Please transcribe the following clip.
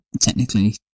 technically